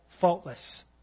faultless